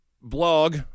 blog